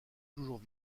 toujours